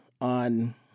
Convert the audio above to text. on